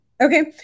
Okay